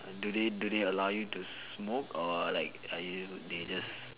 do they do they allow you to smoke or like are you they just